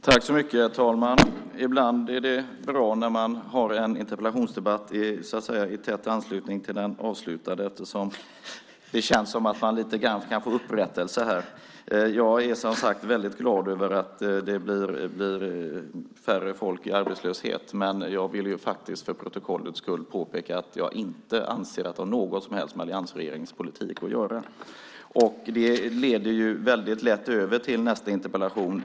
Herr talman! Ibland är det bra att man har en interpellationsdebatt i tät anslutning till den avslutade. Då känns det som om man kan få lite upprättelse här. Jag är som sagt väldigt glad över att det blir färre människor i arbetslöshet. Men jag vill faktiskt för protokollets skull påpeka att jag inte anser att det har något som helst med alliansregeringens politik att göra. Det leder väldigt lätt över till nästa interpellation.